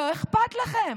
לא אכפת לכם.